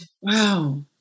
Wow